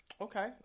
Okay